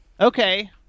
Okay